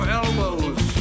elbows